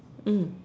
mm